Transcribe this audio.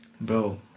bro